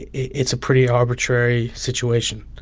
it's a pretty arbitrary situation.